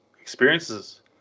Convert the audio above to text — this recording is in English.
experiences